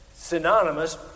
synonymous